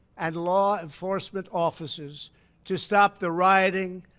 and law enforcement offices to stop the rioting,